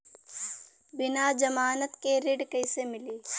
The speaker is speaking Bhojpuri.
बिना जमानत के ऋण कईसे मिली?